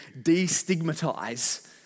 destigmatize